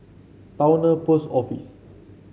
Towner Post Office